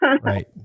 Right